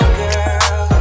girl